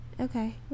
okay